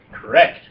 Correct